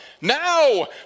now